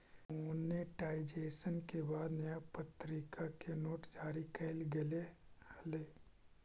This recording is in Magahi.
डिमॉनेटाइजेशन के बाद नया प्तरीका के नोट जारी कैल गेले हलइ